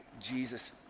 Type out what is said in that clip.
Jesus